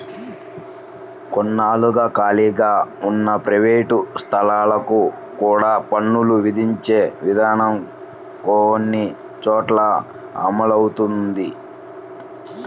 కొన్నాళ్లుగా ఖాళీగా ఉన్న ప్రైవేట్ స్థలాలకు కూడా పన్నులు విధించే విధానం కొన్ని చోట్ల అమలవుతోంది